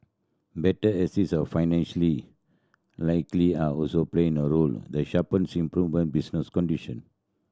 better access of financially likely are also played a role the sharp improvement in business condition